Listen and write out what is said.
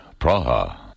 Praha